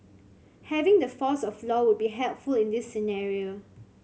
having the force of law would be helpful in this scenario